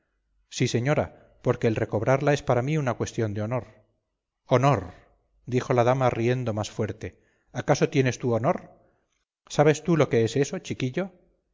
sí señora porque el recobrarla es para mí una cuestión de honor honor dijo la dama riendo más fuerte acaso tienes tú honor sabes tú lo que es eso chiquillo